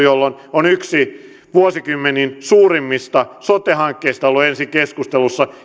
jolloin on vuosikymmeniin yksi suurimmista sote hankkeista ollut ensin keskustelussa